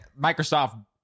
Microsoft